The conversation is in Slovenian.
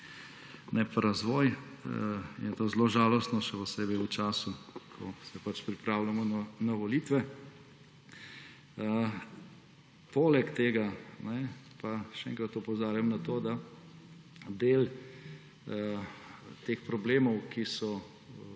ne pa razvoj. In je to zelo žalostno, še posebej v času, ko se pripravljamo na volitve. Poleg tega pa, še enkrat opozarjam na to, da del teh problemov, ki so